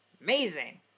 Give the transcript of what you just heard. Amazing